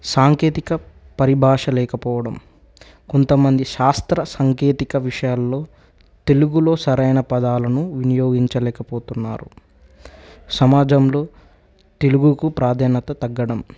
సాంకేతిక పరిభాష లేకపోవడం కొంతమంది శాస్త్ర సాంకేతిక విషయాల్లో తెలుగులో సరైన పదాలను వినియోగించలేకపోతున్నారు సమాజంలో తెలుగుకు ప్రాధాన్యత తగ్గడం